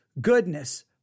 goodness